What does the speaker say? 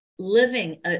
living